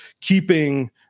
keeping